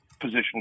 position